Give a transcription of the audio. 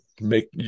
make